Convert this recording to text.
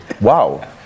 wow